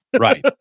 Right